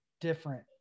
different